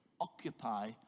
occupy